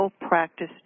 practice